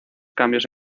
cambios